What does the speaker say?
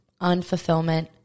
unfulfillment